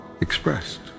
expressed